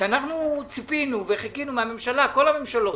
שאנחנו ציפינו וחיכינו מן הממשלה כל הממשלות,